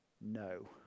no